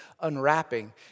unwrapping